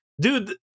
dude